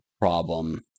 problem